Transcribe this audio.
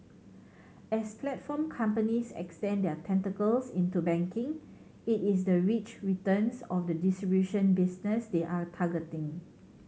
as platform companies extend their tentacles into banking it is the rich returns of the distribution business they are targeting